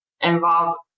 involved